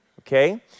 Okay